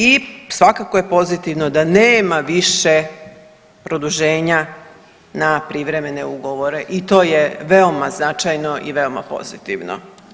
I svakako je pozitivno da nema više produženja na privremene ugovore i to je veoma značajno i veoma pozitivno.